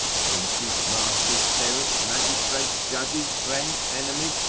princes, masters, parents, magistrates, judges, friends, enemies,